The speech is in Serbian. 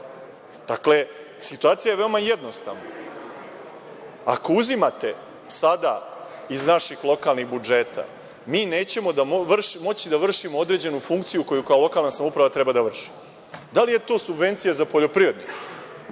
treba. Situacija je veoma jednostavna. Ako uzimate sada iz naših lokalnih budžeta, mi nećemo moći da vršimo određenu funkciju koju kao lokalna samouprava treba da vršimo – da li je to subvencija za poljoprivrednike,